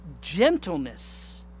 gentleness